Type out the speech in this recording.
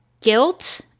guilt